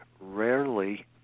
Rarely